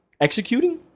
executing